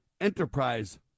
enterprise